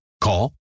Call